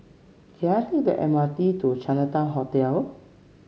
can I take the M R T to Chinatown Hotel